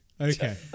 okay